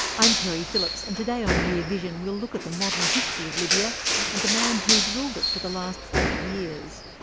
i'm keri phillips and today on rear vision we'll look at the modern history of libya and the man who's ruled it for the last forty years.